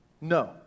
No